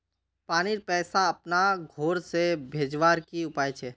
पानीर पैसा अपना घोर से भेजवार की उपाय छे?